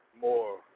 more